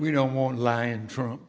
we don't want lion tru